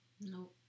no